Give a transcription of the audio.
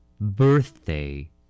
Birthday